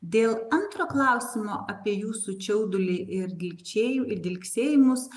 dėl antro klausimo apie jūsų čiaudulį ir dilgčiai ir dilgsėjimus